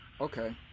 Okay